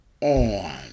on